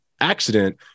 accident